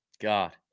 God